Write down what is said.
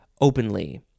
openly